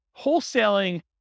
wholesaling